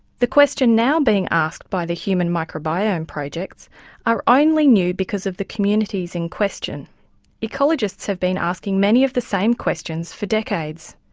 the question now being asked by the human microbiome projects are only new because of the communities in question ecologists have been asking many of the same questions for decades.